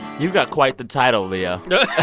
you've got quite the title, leo i know.